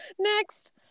next